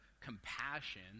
compassion